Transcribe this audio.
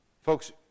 Folks